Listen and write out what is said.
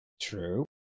True